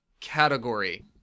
category